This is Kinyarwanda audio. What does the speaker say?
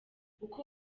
uko